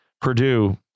Purdue